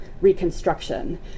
reconstruction